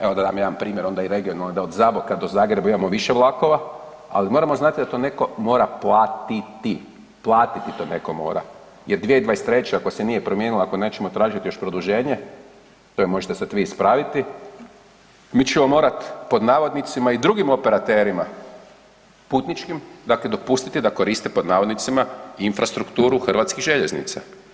Evo dam vam jedan onda i regionalni da od Zaboka do Zagreba imamo više vlakova, ali moramo znati da to netko mora platiti, platiti netko mora jer 2023. ako se nije promijenila, ako nećemo tražiti još produženje, tu me možete sad vi ispraviti, mi ćemo morati pod navodnicima i drugim operaterima putničkim dakle dopustiti da koriste pod navodnicima infrastrukturu HŽ-a.